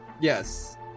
Yes